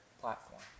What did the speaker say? platform